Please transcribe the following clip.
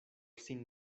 sin